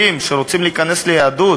נשמע טוב, ממשרד הדתות לראש הממשלה.